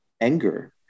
anger